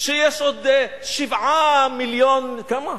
שיש עוד 7 מיליון, כמה?